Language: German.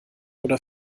oder